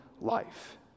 life